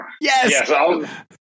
Yes